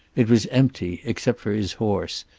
it was empty, except for his horse,